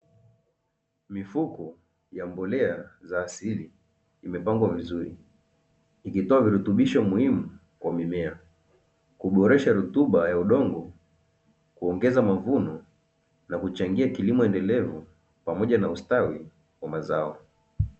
Mifuko ya mbolea za asili imepangwa vizuri ikitoa virutubisho muhimu kwa mimea, kuboresha rutuba ya udongo kuongeza mavuno na kuchangia kilimo endelevu pamoja na ustawi wa mazao.